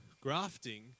grafting